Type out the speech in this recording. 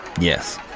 Yes